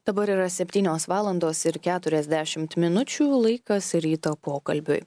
dabar yra septynios valandos ir keturiasdešimt minučių laikas ryto pokalbiui